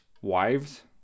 wives